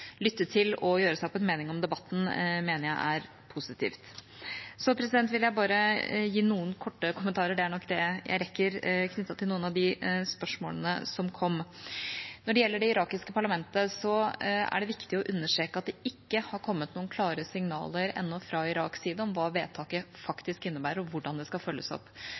lytte til og gjøre seg opp en mening om debatten, mener jeg er positivt. Så vil jeg bare gi noen korte kommentarer – det er nok det jeg rekker – knyttet til noen av de spørsmålene som kom. Når det gjelder det irakiske parlamentet, er det viktig å understreke at det ennå ikke har kommet noen klare signaler fra Iraks side om hva vedtaket er og hvordan det skal følges opp.